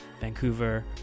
Vancouver